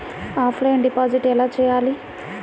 Offline deposit ఎలా చేయాలి?